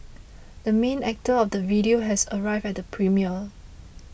the main actor of the video has arrived at the premiere